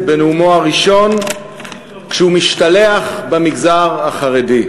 בנאומו הראשון כשהוא משתלח במגזר החרדי.